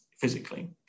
physically